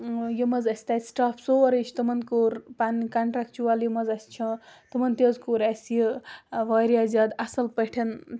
آ یِم حظ اَسہِ تَتہِ سِٹاف سورُے چھِ تِمَن کوٚر پَنٕنۍ کَنٹر۪ٛکچُوَل یِم حظ اَسہِ چھِ تِمَن تہِ حظ کوٚر اَسہِ یہِ واریاہ زیادٕ اَصٕل پٲٹھٮ۪ن